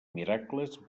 miracles